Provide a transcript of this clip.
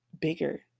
bigger